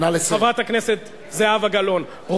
חברת הכנסת זהבה גלאון,